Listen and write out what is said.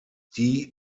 die